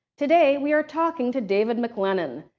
today, we are talking to david maclennan,